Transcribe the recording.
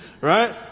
Right